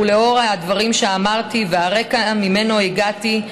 ולאור הדברים שאמרתי והרקע שממנו הגעתי,